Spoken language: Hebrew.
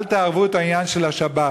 אל תערבו את העניין של השבת.